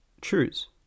choose